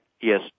Yes